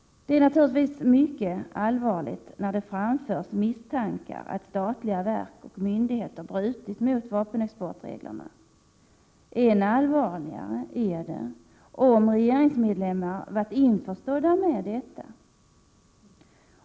Det är naturligtvis mycket allvarligt när det framförs misstankar att statliga verk och myndigheter brutit mot vapenexportreglerna. Än allvarligare är det om regeringsmedlemmar varit införstådda med detta.